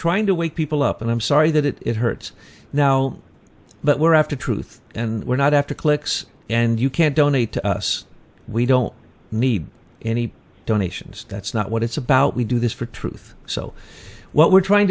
trying to wake people up and i'm sorry that it hurts now but we're after truth and we're not after clicks and you can't donate to us we don't need any donations that's not what it's about we do this for truth so what we're trying